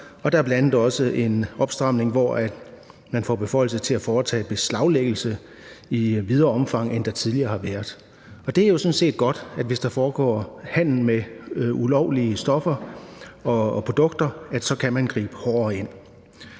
om. Der er bl.a. også en opstramning, hvor man får beføjelse til at foretage beslaglæggelse i videre omfang, end der tidligere har været. Det er jo sådan set godt, hvis der foregår handel med ulovlige stoffer og produkter, at man så kan gribe hårdere ind.